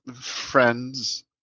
friends